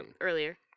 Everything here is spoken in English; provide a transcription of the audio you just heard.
earlier